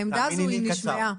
העמדה הזו נשמעה.